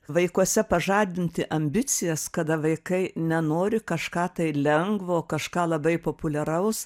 vaikuose pažadinti ambicijas kada vaikai nenori kažką tai lengvo kažką labai populiaraus